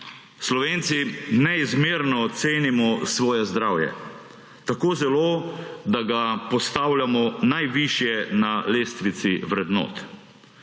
Slovenci neizmerno cenimo svoje zdravje. Tako zelo, da ga postavljamo najvišje na lestvici vrednot.